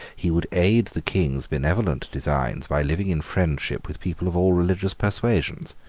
he would aid the king's benevolent designs by living in friendship with people of all religious persuasions.